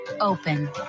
open